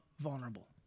vulnerable